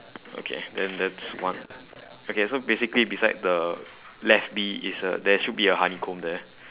okay then that's one okay so basically beside the left bee is a there should be a honeycomb there